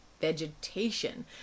vegetation